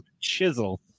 Chisel